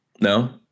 No